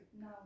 No